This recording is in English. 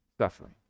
suffering